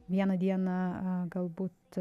vieną dieną galbūt